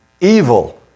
evil